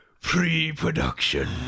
pre-production